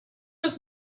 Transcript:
was